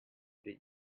did